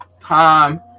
time